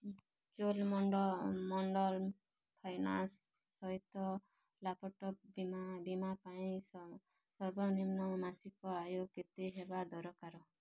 Chola Mandalam finance ସହିତ laptop ବୀମା ବୀମା ପାଇଁ ସର୍ବନିମ୍ନ ମାସିକ ଆୟ କେତେ ହେବା ଦରକାର